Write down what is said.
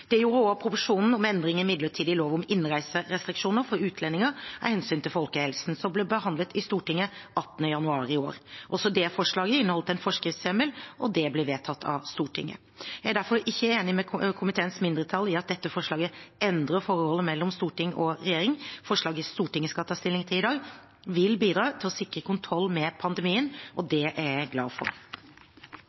Det gjorde også proposisjonen om endringer i midlertidig lov om innreiserestriksjoner for utlendinger av hensyn til folkehelsen, som ble behandlet i Stortinget 18. januar i år. Også det lovforslaget inneholdt en forskriftshjemmel, og det ble vedtatt av Stortinget. Jeg er derfor ikke enig med komiteens mindretall i at dette forslaget endrer forholdet mellom storting og regjering. Forslaget Stortinget skal ta stilling til i dag, vil bidra til å sikre kontroll med pandemien. Det er jeg glad for.